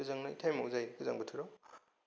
गोजांनाय तायेमाव जायो गोजां बोथोराव